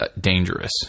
dangerous